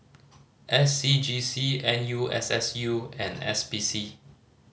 S C G C N U S S U and S P C